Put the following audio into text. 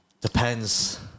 Depends